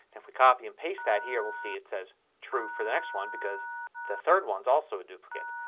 and if we copy and paste that here we'll see it says true for the next one because the third on is also a duplicate.